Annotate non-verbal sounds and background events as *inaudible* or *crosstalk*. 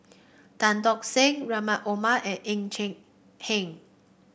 Tan Tock Seng Rahim Omar and Ng *unintelligible* Hen